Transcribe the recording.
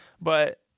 But-